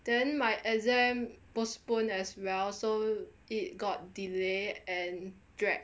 then my exam postponed as well so it got delay and drag